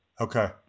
Okay